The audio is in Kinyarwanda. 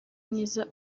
mwiza